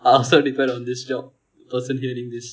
it also depend on this job the person hearing this